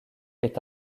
est